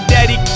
Daddy